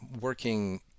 working